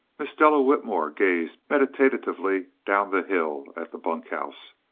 miss della whitmore gazed meditatively down the hill at the bunk house.